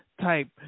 type